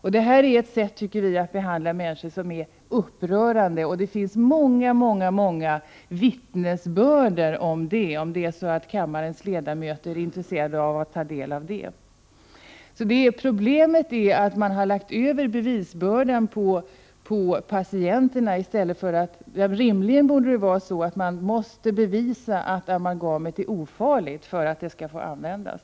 Vi tycker att detta sätt att behandla människor är upprörande, och det finns många vittnesbörd om det, ifall kammarens ledamöter är intresserade av att ta del av dem. Problemet är att man lagt över bevisbördan på patienten när det rimligen borde vara så att det måste bevisas att amalgamet är ofarligt för att det skall få användas.